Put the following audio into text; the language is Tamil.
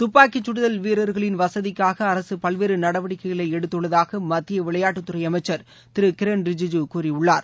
துப்பாக்கிச்கடுதல் வீரர்களின் வசதிக்காக அரசு பல்வேறு நடவடிக்கைகளை எடுத்துள்ளதாக மத்திய விளையாட்டுத்துறை அமைச்சர் திரு கிரண் ரிஜிஜூ கூறியுள்ளார்